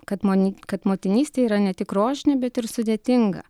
kad moni kad motinystė yra ne tik rožinė bet ir sudėtinga